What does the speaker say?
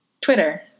Twitter